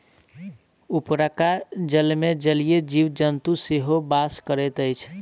उपरका जलमे जलीय जीव जन्तु सेहो बास करैत अछि